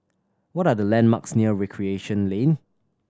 what are the landmarks near Recreation Lane